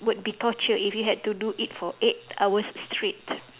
would be torture if you had to do it for eight hours straight